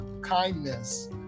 kindness